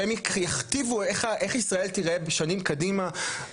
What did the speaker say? שהם יכתיבו איך ישראל תיראה שנים קדימה,